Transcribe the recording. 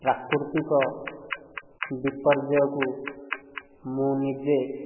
ପ୍ରାକୃତିକ ବିପର୍ଯ୍ୟୟକୁ ମୁଁ ନିଜେ